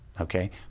Okay